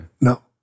No